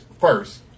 first